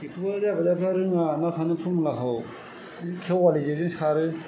बेखौबो जायबाजायफ्रा रोङा ना सारनाय फरमुलाखौ खेवालि जेजों सारो